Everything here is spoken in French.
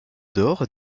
dor